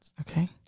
Okay